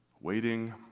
Waiting